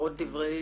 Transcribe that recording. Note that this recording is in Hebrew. למרות דברי